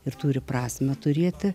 ir turi prasmę turėti